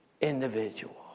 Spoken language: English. individual